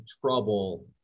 trouble